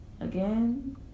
again